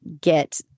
get